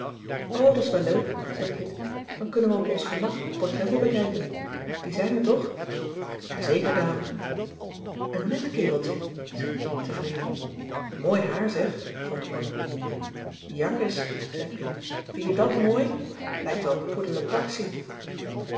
wel leuk zei kit dan kunnen we op ons gemak portretten bekijken die zijn er toch ja zeker dame n net kereltje zei kit tevreden mooi haar zeg vond connie jakkes zei pien vin je dàt mooi t lijkt wel poedelepaksie pien